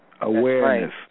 Awareness